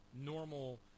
normal